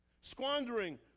squandering